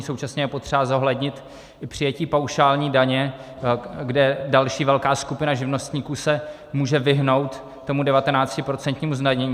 Současně je potřeba zohlednit i přijetí paušální daně, kde další velká skupina živnostníků se může vyhnout tomu 19% zdanění.